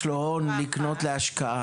יש לו הון לקנות להשקעה,